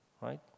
right